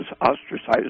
ostracized